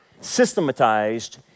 systematized